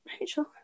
rachel